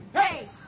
Hey